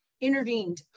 intervened